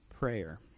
prayer